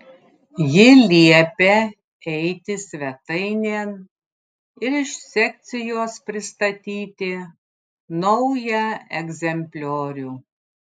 ji liepia eiti svetainėn ir iš sekcijos pristatyti naują egzempliorių